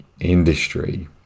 industry